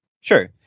Sure